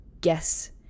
guess